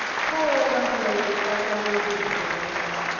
poor old uncle abe felt rather indignant over the notes.